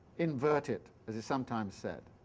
invert it, as is sometimes said.